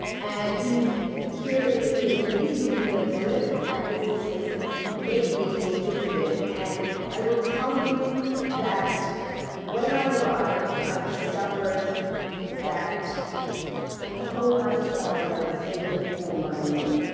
and here is his niece who he lives with. and this is his great niece who visited. and i will tell you that when i arrived, i discovered that the whole lifestyle there is very different than what i knew.